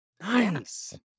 Nice